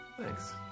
Thanks